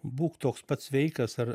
būk toks pats sveikas ar